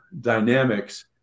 dynamics